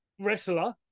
wrestler